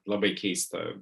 labai keistą